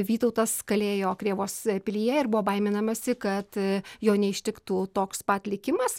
vytautas kalėjo krėvos pilyje ir buvo baiminamasi kad jo neištiktų toks pat likimas